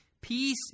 peace